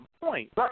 point